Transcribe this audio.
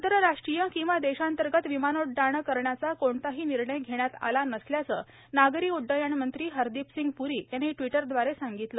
आंतरराष्ट्रीय किंवा देशातर्गत विमानोड़डाणं करण्याचा कोणताही निर्णय घेण्यात आला नसल्याचं नागरी उड्डयण मंत्री हरदीपसिंग प्री यांनी ट्विटरद्वारे सांगितलं